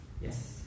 Yes